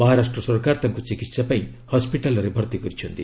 ମହାରାଷ୍ଟ୍ର ସରକାର ତାଙ୍କୁ ଚିକିହା ପାଇଁ ହସ୍ୱିଟାଲ୍ରେ ଭର୍ତ୍ତି କରିଛନ୍ତି